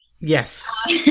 yes